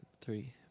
three